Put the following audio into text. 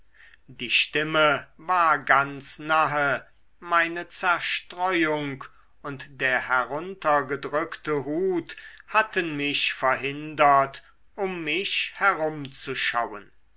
die stimme war ganz nahe meine zerstreuung und der heruntergedrückte hut hatten mich verhindert um mich herumzuschauen